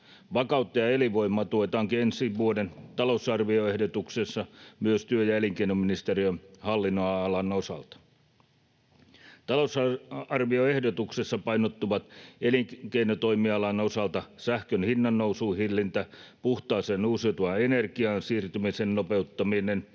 Vakautta ja elinvoimaa tuetaankin ensi vuoden talousarvioehdotuksessa myös työ- ja elinkeinoministeriön hallinnonalan osalta. Talousarvioehdotuksessa painottuvat elinkeinotoimialan osalta sähkön hinnannousun hillintä, puhtaaseen uusiutuvaan energiaan siirtymisen nopeuttaminen,